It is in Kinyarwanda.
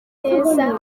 neza